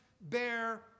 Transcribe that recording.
bear